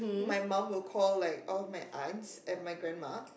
my mum will call like or my aunts and my grandma